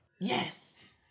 Yes